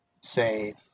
say